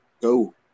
Go